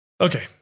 Okay